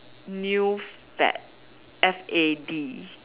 new fad F_A_D